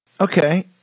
Okay